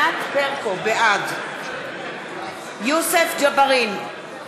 בעד יוסף ג'בארין,